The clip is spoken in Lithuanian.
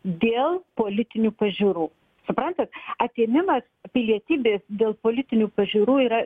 dėl politinių pažiūrų suprantat atėmimas pilietybės dėl politinių pažiūrų yra